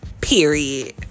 Period